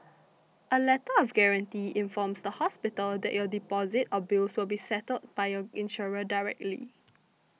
a Letter of Guarantee informs the hospital that your deposit or bills will be settled by your insurer directly